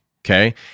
okay